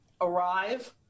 arrive